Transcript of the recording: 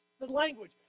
language